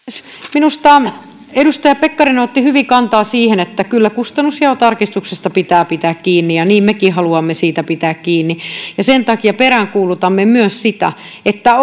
minusta edustaja pekkarinen otti hyvin kantaa siihen että kyllä kustannusjaon tarkistuksesta pitää pitää kiinni ja niin mekin haluamme siitä pitää kiinni sen takia peräänkuulutamme myös sitä että